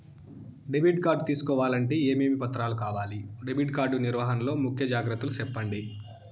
Debit card తీసుకోవాలంటే ఏమేమి పత్రాలు కావాలి? డెబిట్ కార్డు నిర్వహణ లో ముఖ్య జాగ్రత్తలు సెప్పండి?